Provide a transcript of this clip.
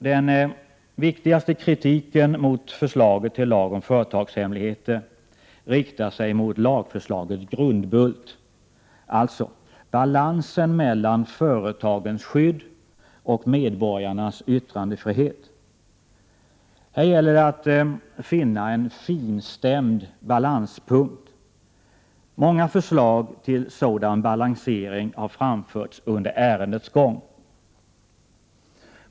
Den viktigaste kritiken mot förslaget till lag om företagshemligheter riktar sig mot lagförslagets grundbult, dvs. balansen mellan företagens skydd och medborgarnas yttrandefrihet. Här gäller det att finna en finstämd balanspunkt. Många förslag till sådan balansering har framförts under ärendets gång.